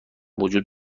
وجود